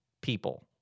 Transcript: people